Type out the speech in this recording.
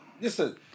listen